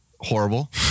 Horrible